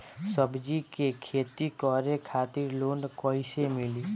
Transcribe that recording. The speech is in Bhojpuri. सब्जी के खेती करे खातिर लोन कइसे मिली?